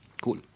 cool